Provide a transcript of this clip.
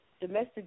Domestic